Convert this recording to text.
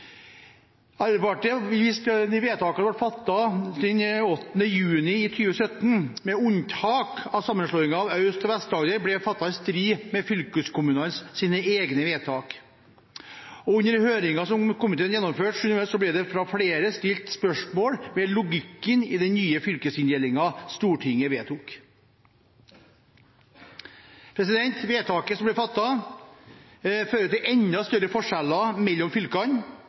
Arbeiderpartiet har vist til at de vedtakene som ble fattet den 8. juni i 2017, med unntak av sammenslåingen av Aust-Agder og Vest-Agder, ble fattet i strid med fylkeskommunenes egne vedtak. Under høringen som komiteen gjennomførte, ble det fra flere stilt spørsmål ved logikken i den nye fylkesinndelingen Stortinget vedtok. Vedtaket som ble fattet, fører til enda større forskjeller mellom fylkene